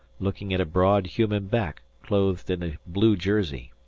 looking at a broad human back clothed in a blue jersey.